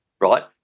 Right